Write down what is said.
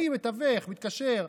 אני מתווך, מתקשר.